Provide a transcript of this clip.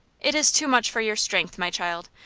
it is too much for your strength, my child.